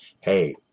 hey